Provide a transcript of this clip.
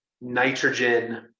nitrogen